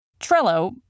Trello